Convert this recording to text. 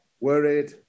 worried